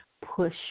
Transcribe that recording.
push